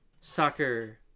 soccer